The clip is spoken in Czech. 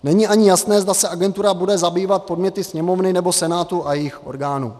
Není ani jasné, zda se agentura bude zabývat podněty Sněmovny nebo Senátu a jejich orgánů.